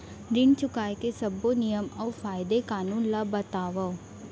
ऋण चुकाए के सब्बो नियम अऊ कायदे कानून ला बतावव